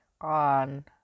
on